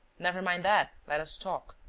never mind that let us talk.